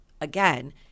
again